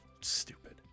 stupid